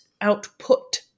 output